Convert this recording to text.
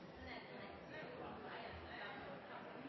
Aupairsenteret er et